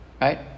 Right